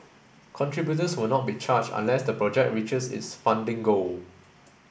contributors will not be charged unless the project reaches its funding goal